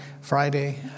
Friday